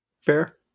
Fair